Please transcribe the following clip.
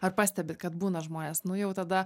ar pastebit kad būna žmonės nu jau tada